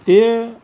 તે